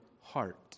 heart